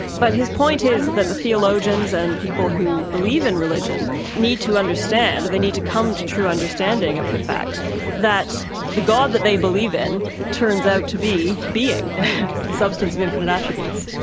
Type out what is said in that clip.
but his point is that the theologians and people who believe in religion need to understand, they need to come to true understanding of the fact that the god that they believe in turns out to be being, the substance of infinite attributes.